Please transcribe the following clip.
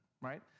right